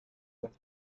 las